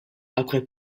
après